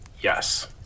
Yes